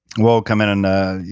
we'll come in ah yeah